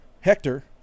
Hector